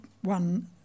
one